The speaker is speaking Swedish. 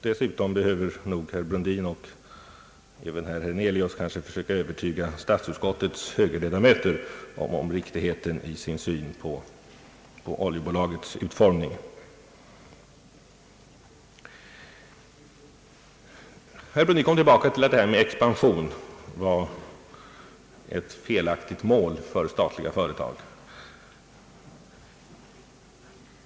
Dessutom behöver nog herr Brundin — och även herr Hernelius — försöka övertyga statsutskottets högerledamöter om riktigheten i er syn på oljebolagets utformning. Herr Brundin kom tillbaka till att detta med expansion är ett felaktigt mål för statliga företag.